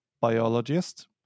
biologist